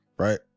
Right